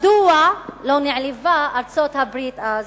מדוע לא נעלבה ארצות-הברית אז?